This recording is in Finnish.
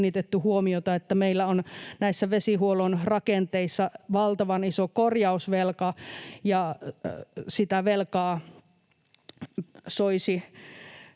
huomiota, että meillä on näissä vesihuollon rakenteissa valtavan iso korjausvelka ja sitä velkaa soisi